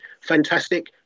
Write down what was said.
fantastic